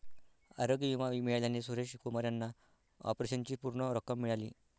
आरोग्य विमा मिळाल्याने सुरेश कुमार यांना ऑपरेशनची पूर्ण रक्कम मिळाली